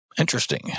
Interesting